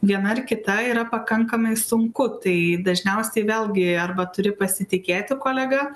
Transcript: viena ar kita yra pakankamai sunku tai dažniausiai vėlgi arba turi pasitikėti kolega